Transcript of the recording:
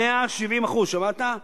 170%, שמעת?